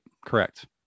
Correct